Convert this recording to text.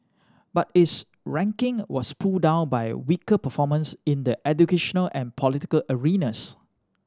but its ranking was pulled down by weaker performance in the educational and political arenas